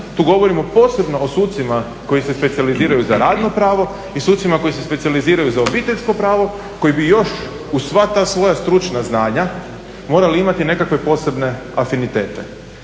Tu govorimo posebno o sucima koji se specijaliziraju za radno pravo i sucima koji se specijaliziraju za obiteljsko pravo koji bi još uz sva ta svoja stručna znanja morali imati nekakve posebne afinitete.